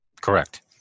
Correct